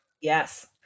Yes